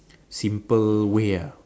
simple way ah